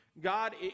God